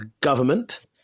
government